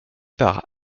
par